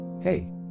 Hey